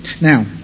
Now